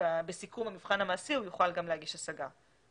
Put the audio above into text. בסיכום המבחן המעשי הוא יוכל גם להגיש השגה.